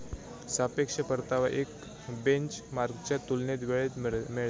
सापेक्ष परतावा एक बेंचमार्कच्या तुलनेत वेळेत मिळता